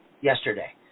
yesterday